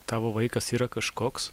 tavo vaikas yra kažkoks